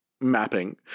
mapping